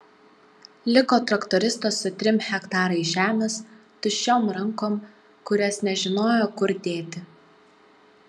liko traktoristas su trim hektarais žemės tuščiom rankom kurias nežinojo kur dėti